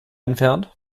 entfernt